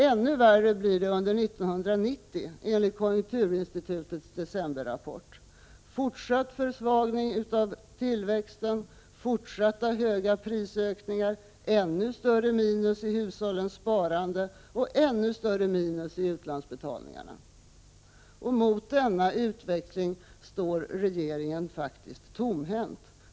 Ännu värre blir det år 1990, enligt konjunkturinstitutets decemberrapport: fortsatt försvagning av tillväxten, fortsatta höga prisökningar, ännu större minus i hushållens sparande och ännu större minus i utlandsbetalningarna. Mot denna utveckling står regeringen faktiskt tomhänt.